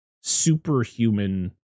superhuman